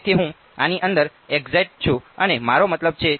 તેથી હું આની અંદર એકસાઈટ છું અને મારો મતલબ છે